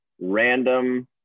random